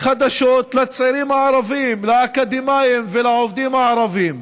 חדשות לצעירים הערבים, לאקדמאים ולעובדים הערבים.